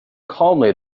calmly